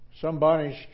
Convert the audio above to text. somebody's